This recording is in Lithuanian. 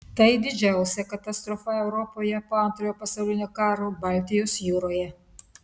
tai didžiausia katastrofa europoje po antrojo pasaulinio karo baltijos jūroje